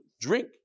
drink